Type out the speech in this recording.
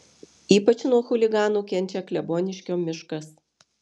ypač nuo chuliganų kenčia kleboniškio miškas